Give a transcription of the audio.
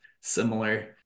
similar